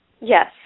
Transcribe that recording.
Yes